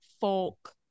folk